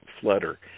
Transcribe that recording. flutter